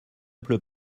pleut